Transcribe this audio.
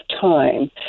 time